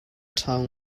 ṭhawng